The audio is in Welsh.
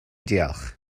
diolch